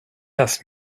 das